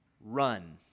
run